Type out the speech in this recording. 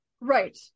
right